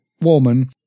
woman